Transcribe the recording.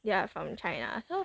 they're from China so